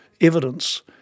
evidence